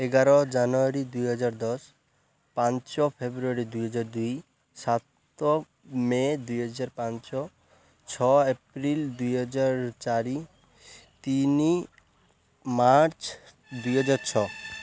ଏଗାର ଜାନୁଆରୀ ଦୁଇହଜାର ଦଶ ପାଞ୍ଚ ଫେବୃଆରୀ ଦୁଇହଜାର ଦୁଇ ସାତ ମେ ଦୁଇହଜାର ପାଞ୍ଚ ଛଅ ଏପ୍ରିଲ ଦୁଇହଜାର ଚାରି ତିନି ମାର୍ଚ୍ଚ ଦୁଇହଜାର ଛଅ